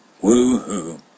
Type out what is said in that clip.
Woo-hoo